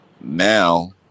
Now